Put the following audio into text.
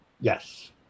Yes